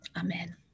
amen